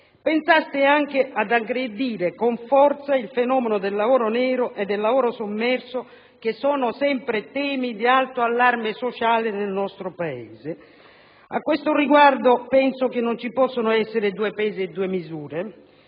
pensare anche ad aggredire con forza il fenomeno del lavoro nero e del lavoro sommerso, che sono sempre temi di alto allarme sociale nel nostro Paese. A questo riguardo credo che non ci possono essere due pesi e due misure.